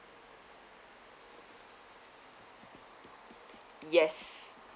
yes